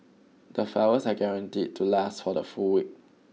the flowers are guaranteed to last for the full week